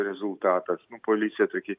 rezultatas nu policija tokį